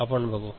आपण बघू